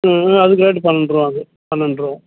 ம் அதுக்கு ரேட்டு பன்னெண்டு ரூபாங்க பன்னெண்டு ரூபா